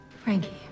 Frankie